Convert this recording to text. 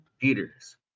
theaters